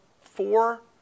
four